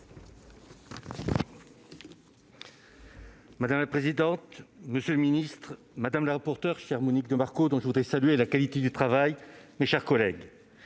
Madame la présidente, monsieur le ministre, madame la rapporteure, chère Monique de Marco- dont je voudrais saluer la qualité du travail -, mes chers collègues,